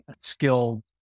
skilled